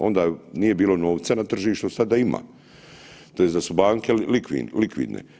Onda nije bilo novca na tržištu, sada ima tj. da su banke likvidne.